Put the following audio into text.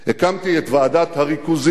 הקמנו את ועדת הריכוזיות,